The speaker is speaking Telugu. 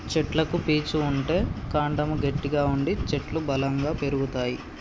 చెట్లకు పీచు ఉంటే కాండము గట్టిగా ఉండి చెట్లు బలంగా పెరుగుతాయి